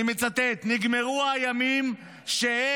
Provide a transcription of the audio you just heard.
אני מצטט: במדינת ישראל נגמרו הימים שהם,